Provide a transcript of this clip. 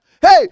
Hey